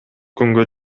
күнгө